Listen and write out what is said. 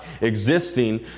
existing